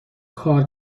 کار